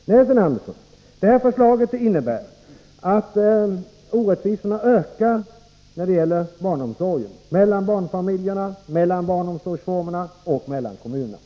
Nej, Sten Andersson, det här förslaget innebär att orättvisorna i fråga om barnomsorg ökar mellan barnfamiljerna, mellan barnomsorgsformerna och mellan kommunerna.